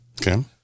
Okay